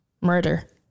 murder